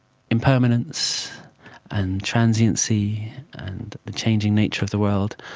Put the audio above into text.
impermanence and transiency and the changing nature of the world.